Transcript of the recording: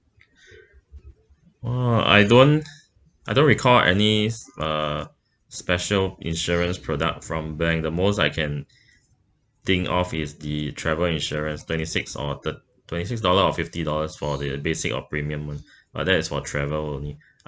oh I don't I don't recall any s~ uh special insurance product from bank the most I can think of is the travel insurance twenty six or thir~ twenty six dollar or fifty dollars for the basic or premium one but that is for travel only